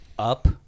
Up